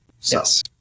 Yes